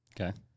Okay